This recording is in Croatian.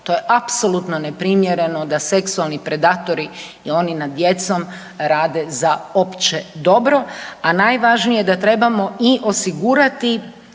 To je apsolutno neprimjereno da seksualni predatori i oni nad djecom rade za opće dobro, a najvažnije da trebamo i osigurati